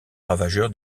ravageur